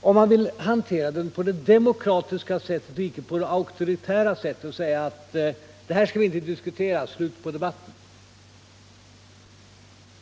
om den skall hanteras på det demokratiska sättet och inte på det auktoritära sättet, som säger: Det här skall vi inte diskutera — slut på debatten.